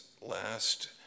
last